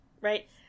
right